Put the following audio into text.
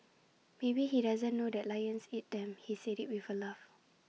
maybe he doesn't know that lions eat them he said IT with A laugh